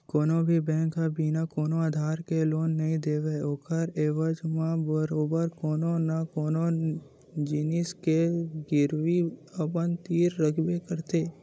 कोनो भी बेंक ह बिना कोनो आधार के लोन नइ देवय ओखर एवज म बरोबर कोनो न कोनो जिनिस के गिरवी अपन तीर रखबे करथे